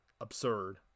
absurd